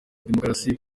demukarasi